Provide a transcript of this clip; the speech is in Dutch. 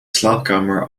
slaapkamer